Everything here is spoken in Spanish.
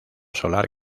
solar